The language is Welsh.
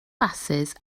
basys